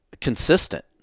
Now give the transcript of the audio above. consistent